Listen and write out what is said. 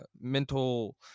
mental